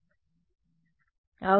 విద్యార్థి Wi Fi